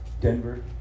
Denver